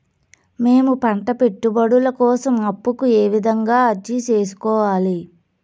మేము పంట పెట్టుబడుల కోసం అప్పు కు ఏ విధంగా అర్జీ సేసుకోవాలి?